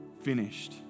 finished